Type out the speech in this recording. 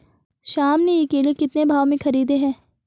श्याम ने ये केले कितने भाव में खरीदे हैं?